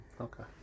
okay